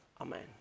Amen